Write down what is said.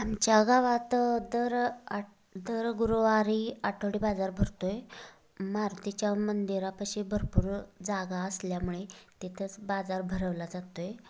आमच्या गावात दर आठ दर गुरुवारी आठवडी बाजार भरतो आहे मारुतीच्या मंदिरापशी भरपूर जागा असल्यामुळे तिथचं बाजार भरवला जातो आहे